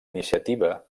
iniciativa